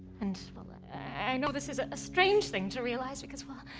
and i know this is a strange thing to realize, because, well,